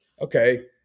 okay